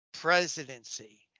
presidency